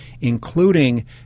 including